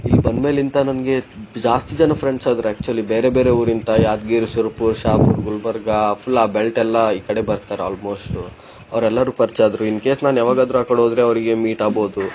ಇಲ್ಲಿ ಬಂದ್ಮೇಲಿಂದ ನನಗೆ ಜಾಸ್ತಿ ಜನ ಫ್ರೆಂಡ್ಸ್ ಆದರು ಆ್ಯಕ್ಚುಲಿ ಬೇರೆ ಬೇರೆ ಊರಿಂದ ಯಾದ್ಗಿರಿ ಸುರ್ಪುರ್ ಷಾಪುರ್ ಗುಲ್ಬರ್ಗ ಅಫ್ಲಾ ಬೆಲ್ಟೆಲ್ಲಾ ಈ ಕಡೆ ಬರ್ತಾರೆ ಆಲ್ಮೋಷ್ಟು ಅವರೆಲ್ಲರೂ ಪರಿಚಯ ಆದರು ಇನ್ಕೇಸ್ ನಾನು ಯಾವಾಗಾದರೂ ಆ ಕಡೆ ಹೋದರೆ ಅವರಿಗೆ ಮೀಟ್ ಆಗ್ಬೋದು